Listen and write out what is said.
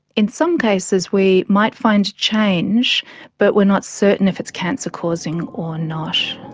in some cases we might find change but we are not certain if it's cancer causing or not.